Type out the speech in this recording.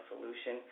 Solution